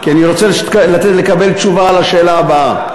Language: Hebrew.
כי אני רוצה לקבל תשובה על השאלה הבאה.